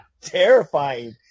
terrifying